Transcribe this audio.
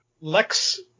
Lex